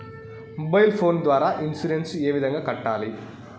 mobile phone ద్వారా insurance ఏ విధంగా కట్టాలి